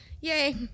yay